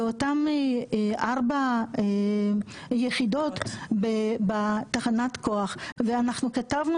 באותן ארבע יחידות בתחנת הכוח, ואנחנו כתבנו